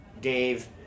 Dave